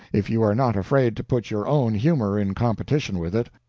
if you are not afraid to put your own humor in competition with it.